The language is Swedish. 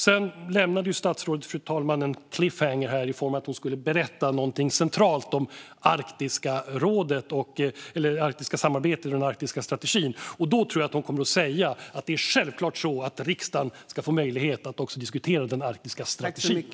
Sedan lämnade ju statsrådet en cliffhanger, fru talman, om att hon skulle berätta någonting centralt om det arktiska samarbetet och den arktiska strategin. Då tror jag att hon kommer att säga att riksdagen självklart ska få möjlighet att diskutera den arktiska strategin.